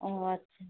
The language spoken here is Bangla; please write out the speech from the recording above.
ও আচ্ছা